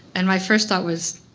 and my first thought was,